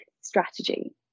strategy